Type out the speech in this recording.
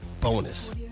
bonus